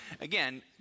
Again